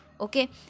okay